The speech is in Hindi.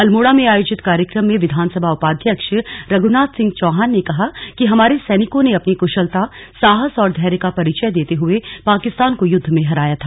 अल्मोड़ा में आयोजित कार्यक्रम में विधानसभा उपाध्यक्ष रघ्नाथ सिंह चौहान ने कहा कि हमारे सैनिकों ने अपनी कुशलता साहस और धैर्य का परिचय देते हुए पाकिस्तान को युद्ध में हराया था